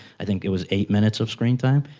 i think it was eight minutes of screen time,